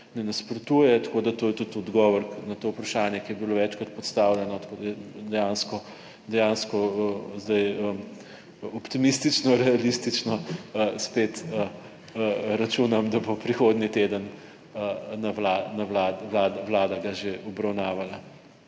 ne nasprotuje, tako da to je tudi odgovor na to vprašanje, ki je bilo večkrat postavljeno, tako da dejansko zdaj optimistično, realistično spet računam, da bo prihodnji teden Vlada ga že obravnavala.